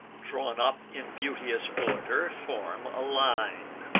drawn up in beauteous order, form a line.